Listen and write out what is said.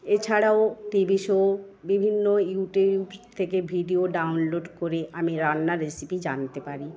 এছাড়াও TV show বিভিন্ন YouTube থেকে ভিডিও ডাউনলোড করে আমি রান্নার রেসিপি জানতে পারি